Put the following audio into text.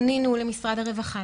פנינו למשרד הרווחה,